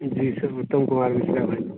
जी sir Uttam Kumar Mishra बाजि रहल छी